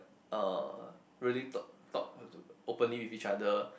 uh really talk talk openly with each other